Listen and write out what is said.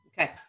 Okay